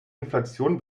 inflation